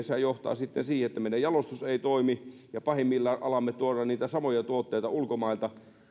sehän johtaa sitten siihen että meidän jalostus ei toimi ja pahimmillaan alamme tuoda niitä samoja tuotteita ulkomailta ulkomailta tuoduissa tuotteissa